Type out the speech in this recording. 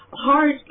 hard